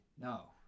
No